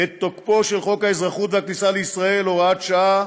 את תוקפו של חוק האזרחות והכניסה לישראל (הוראת שעה),